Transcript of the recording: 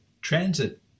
transit